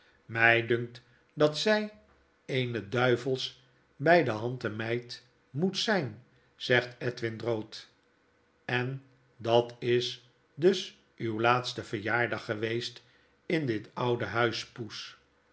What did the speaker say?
mij dunkt dat zy eene duivelsch bij dehande meid moet zyn zegt edwin drood en dat is dus uw laatste verjaardag geweest in dit oude huis poes